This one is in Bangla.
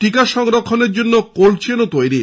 টিকা সংরক্ষনের জন্য কোল্ডচেনও তৈরি